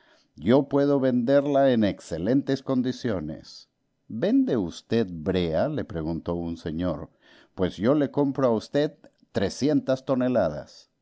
yo puedo venderla en excelentes condiciones vende usted brea le preguntó un señor pues yo le compro a usted trescientas toneladas